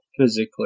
physically